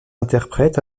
interprètes